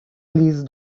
please